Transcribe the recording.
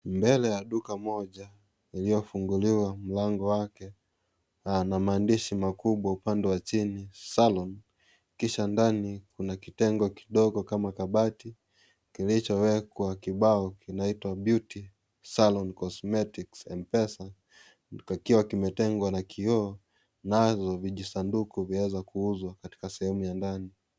Mbele ya duka moja iliyofunguliwa mlango wake. Pana maandishi makubwa upande wa chini Salon kisha ndani kuna kitengo kidogo kama kabati kilichowekwa kibao kinaitwa Beauty salon cosmetics . Mpesa ikiwa kimetengwa na kioo nazo vijisanduku vikiweza kuuzwa katika sehemu ya ndani.